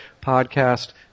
podcast